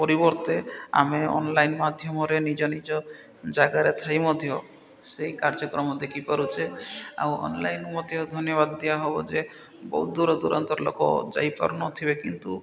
ପରିବର୍ତ୍ତେ ଆମେ ଅନ୍ଲାଇନ୍ ମାଧ୍ୟମରେ ନିଜ ନିଜ ଜାଗାରେ ଥାଇ ମଧ୍ୟ ସେଇ କାର୍ଯ୍ୟକ୍ରମ ଦେଖିପାରୁଛେ ଆଉ ଅନ୍ଲାଇନ୍ ମଧ୍ୟ ଧନ୍ୟବାଦ ଦିଆହବ ଯେ ବହୁତ ଦୂର ଦୂରାନ୍ତର ଲୋକ ଯାଇପାରୁନଥିବେ କିନ୍ତୁ